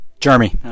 Jeremy